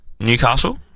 Newcastle